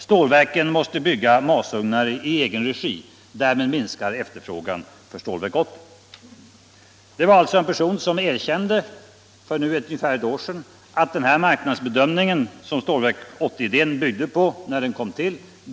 Valsverken måste bygga masugnar i egen regi. Därmed minskar efterfrågan för Stålverk 80. Det var alltså så man inom den enskilda stålindustrin, för nu ungefär ett år sedan, såg på den marknadsbedömning som Stålverk 80-idén byggde på.